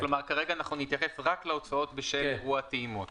כלומר כרגע נתייחס רק להוצאות בשל אירוע הטעימות.